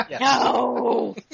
No